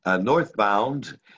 northbound